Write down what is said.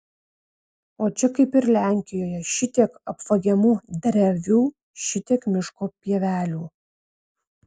o čia kaip ir lenkijoje šitiek apvagiamų drevių šitiek miško pievelių